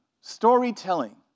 storytelling